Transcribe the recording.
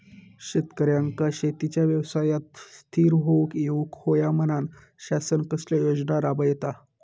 शेतकऱ्यांका शेतीच्या व्यवसायात स्थिर होवुक येऊक होया म्हणान शासन कसले योजना राबयता?